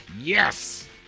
Yes